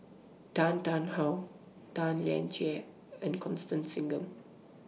Tan Tarn How Tan Lian Chye and Constance Singam